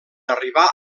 arribar